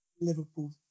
Liverpool